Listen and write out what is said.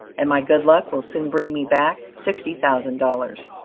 and my good luck will soon bring me back sixty thousand dollars.